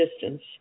distance